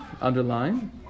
underline